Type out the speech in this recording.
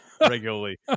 regularly